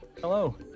Hello